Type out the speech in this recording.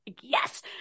yes